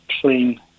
clean